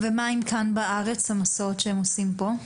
ומה עם כאן בארץ, המסעות שהם עושים פה?